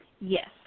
Yes